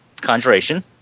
Conjuration